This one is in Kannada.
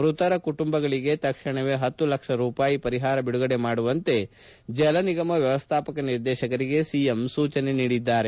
ಮೃತರ ಕುಟುಂಬಗಳಿಗೆ ತಕ್ಷಣವೇ ಪತ್ತು ಲಕ್ಷ ರೂಪಾಯಿ ಪರಿಪಾರ ಬಿಡುಗಡೆ ಮಾಡುವಂತೆ ಜಲನಿಗಮ ವ್ನವಸ್ಲಾಪಕ ನಿರ್ದೇಶಕರಿಗೆ ಸಿಎಂ ಸೂಚಿಸಿದ್ದಾರೆ